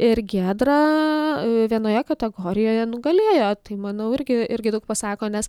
ir giedra vienoje kategorijoje nugalėjo tai manau irgi irgi daug pasako nes